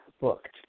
booked